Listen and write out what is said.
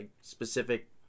specific